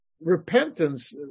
repentance